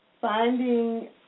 finding